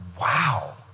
wow